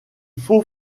faut